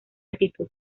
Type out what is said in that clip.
altitud